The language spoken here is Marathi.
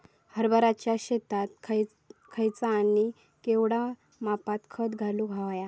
हरभराच्या शेतात खयचा आणि केवढया मापात खत घालुक व्हया?